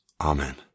Amen